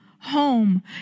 Home